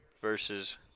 versus